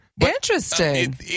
interesting